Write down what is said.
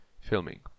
Filming